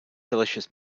delicious